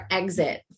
exit